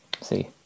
See